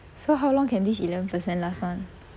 so how long can this eleven percent last [one]